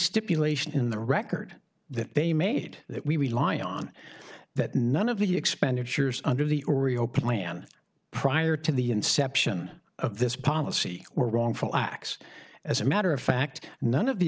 stipulation in the record that they made that we rely on that none of the expenditures under the oreo plan prior to the inception of this policy were wrongful acts as a matter of fact none of the